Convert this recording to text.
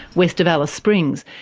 west of alice springs,